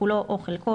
כולו או חלקו,